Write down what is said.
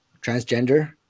Transgender